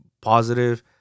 positive